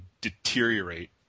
deteriorate